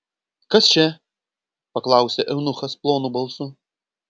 kas čia paklausė eunuchas plonu balsu